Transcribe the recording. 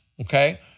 okay